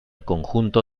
conjunto